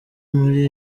muri